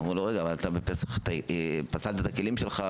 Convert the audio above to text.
אומרים לו רגע: אבל אתה בפסח פסלת את הכלים שלך,